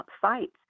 sites